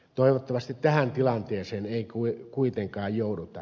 toivottavasti tähän tilanteeseen ei kuitenkaan jouduta